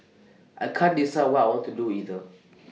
I can't decide what I want to do either